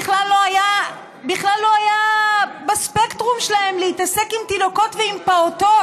בכלל לא היה בספקטרום שלהם להתעסק עם תינוקות ועם פעוטות,